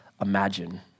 imagine